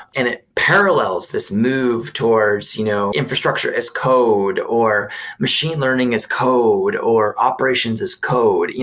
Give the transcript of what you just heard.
and it parallels this move towards you know infrastructure as code, or machine learning as code, or operations as code.